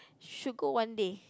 should go one day